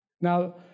Now